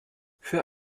für